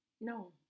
No